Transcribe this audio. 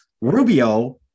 Rubio